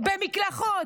במקלחות,